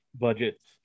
budgets